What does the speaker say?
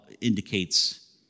indicates